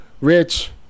rich